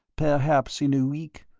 perhaps in a week,